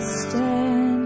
stand